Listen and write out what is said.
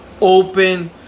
Open